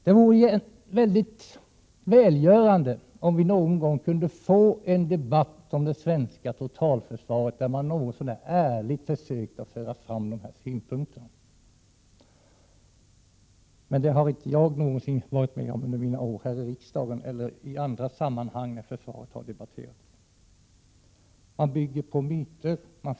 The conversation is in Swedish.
Det vore välgörande om det någon gång kom till stånd en debatt om det svenska totalförsvaret där dessa synpunkter något så när ärligt fördes fram, men det har jag aldrig någonsin varit med om under mina år här i riksdagen eller i andra sammanhang när svaret har debatterats.